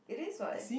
it is [what]